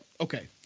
okay